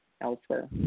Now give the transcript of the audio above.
elsewhere